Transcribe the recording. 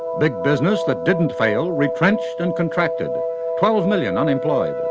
big business that didn't fail, retrenched and contracted twelve million unemployed.